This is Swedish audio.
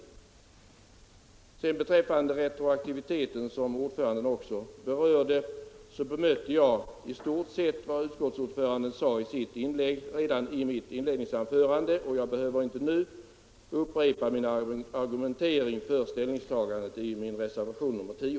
När det sedan gäller retroaktiviteten, som ordföranden också berörde, bemötte jag redan i mitt inledningsanförande i stort sett vad utskottsordföranden sade. Jag behöver inte nu upprepa min argumentering för ställningstagandet i min reservation nr 10.